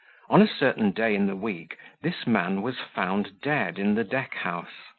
on a certain day in the week this man was found dead in the deck-house.